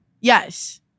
Yes